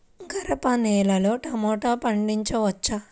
గరపనేలలో టమాటా పండించవచ్చా?